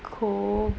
cool